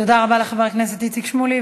תודה רבה לחבר הכנסת איציק שמולי.